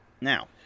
Now